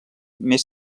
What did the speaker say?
més